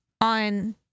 on